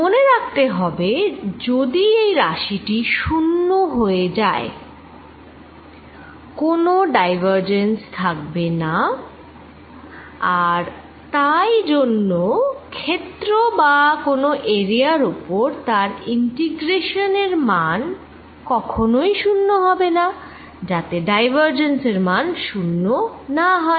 মনে রাখতে হবে যদি এই রাশি টি শূন্য হয়ে যায় ডাইভারজেন্স এর মানশূন্য হয়ে যাবেতাই জন্য ক্ষেত্র বা কোন এরিয়ার ওপর ক্ষেত্রের ইন্টিগ্রেশন এর মান কখনই শূন্য হবেনা যাতে ডাইভারজেন্স এর মান শূন্য না হয়